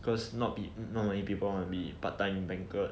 cause not be not many people want to be part time banquet